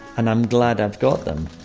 and i'm glad i've got them.